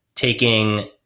taking